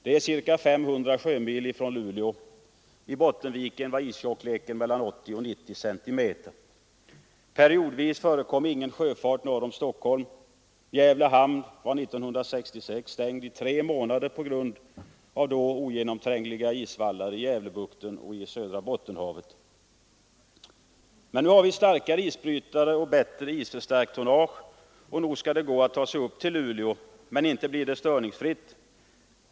Det är ca 500 sjömil från Luleå, och i Bottenviken var istjockleken mellan 80 och 90 centimeter. Periodvis förekom ingen sjöfart norr om Stockholm. Gävle hamn var 1966 stängd i tre månader på grund av då ogenomträngliga isvallar i Gävlebukten och i södra Bottenhavet. Nu har vi starkare isbrytare och bättre, isförstärkt tonnage, och nog skall det gå att ta sig upp till Luleå. Men inte blir det störningsfritt.